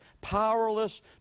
powerless